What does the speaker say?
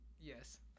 Yes